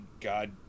God